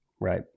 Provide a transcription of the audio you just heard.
right